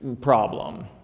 problem